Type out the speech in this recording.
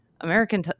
American